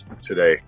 today